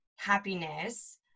happiness